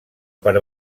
per